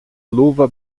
luva